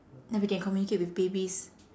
then we can communicate with babies